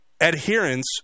adherence